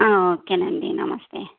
okay అండి నమస్తే